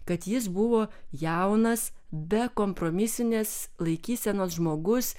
kad jis buvo jaunas bekompromisinės laikysenos žmogus